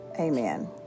Amen